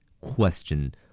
Question